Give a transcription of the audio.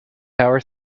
power